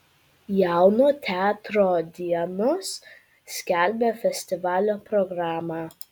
jauno teatro dienos skelbia festivalio programą